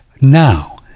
now